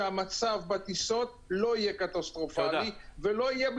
שהמצב בטיסות לא יהיה קטסטרופלי ולא יהיה,